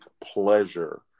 pleasure